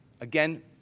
Again